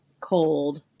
cold